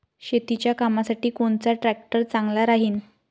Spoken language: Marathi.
शेतीच्या कामासाठी कोनचा ट्रॅक्टर चांगला राहीन?